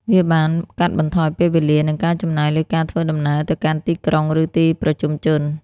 វាបានកាត់បន្ថយពេលវេលា និងការចំណាយលើការធ្វើដំណើរទៅកាន់ទីក្រុង ឬទីប្រជុំជន។